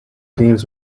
deems